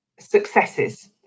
successes